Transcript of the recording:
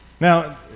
Now